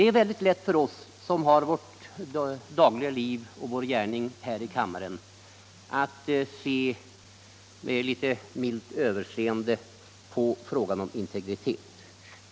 Det är lätt för oss som har vårt dagliga liv och vår gärning här i kammaren att se med litet milt överseende på frågan om integritet.